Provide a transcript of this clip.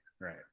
right